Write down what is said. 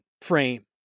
frame